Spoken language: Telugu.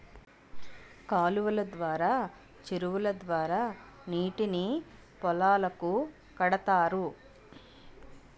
కాలువలు ద్వారా చెరువుల ద్వారా నీటిని పొలాలకు కడతారు